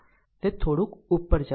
તે થોડુંક ઉપર જવા દો